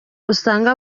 usanga